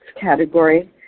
category